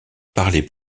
parlers